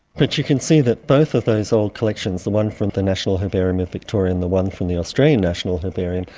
but you can see that both of those old collections, the one from the national herbarium of victoria and the one from the australian national herbarium,